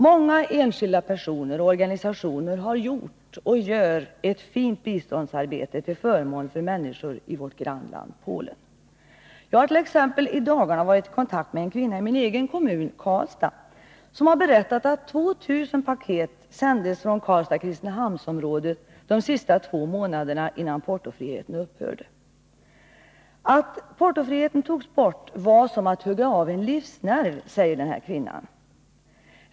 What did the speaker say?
Många enskilda personer och organisationer har gjort och gör ett fint biståndsarbete till förmån för människor i vårt grannland Polen. Jag hart.ex. i dagarna varit i kontakt med en kvinna i min egen kommun, Karlstad, som har berättat att över 2000 paket sändes från Karlstad-Kristinehamnsområdet de två sista månaderna innan portofriheten upphörde. Att portofriheten togs bort var ”som att hugga av en livsnerv”, sade den här kvinnan.